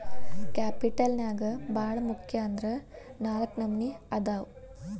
capital ನ್ಯಾಗ್ ಭಾಳ್ ಮುಖ್ಯ ಅಂದ್ರ ನಾಲ್ಕ್ ನಮ್ನಿ ಅದಾವ್